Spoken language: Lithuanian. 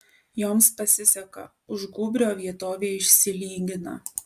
joms pasiseka už gūbrio vietovė išsilygina